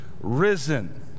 risen